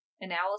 analysis